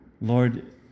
Lord